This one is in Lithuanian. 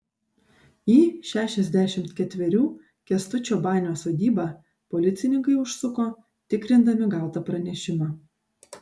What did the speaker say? į šešiasdešimt ketverių kęstučio banio sodybą policininkai užsuko tikrindami gautą pranešimą